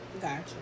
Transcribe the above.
Gotcha